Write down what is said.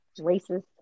racist